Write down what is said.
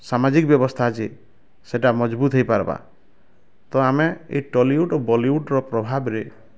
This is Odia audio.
ସାମାଜିକ ବେବସ୍ତା ଅଛେ ସେଟା ମଜବୁତ ହେଇ ପାର୍ବା ତ ଆମେ ଏଇ ଟଲିଉଡ଼୍ ବଲିଉଡ଼୍ର ପ୍ରଭାବ ରେ